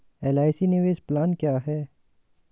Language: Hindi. एल.आई.सी निवेश प्लान क्या है?